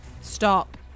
stop